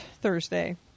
Thursday